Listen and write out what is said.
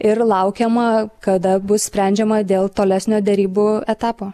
ir laukiama kada bus sprendžiama dėl tolesnio derybų etapo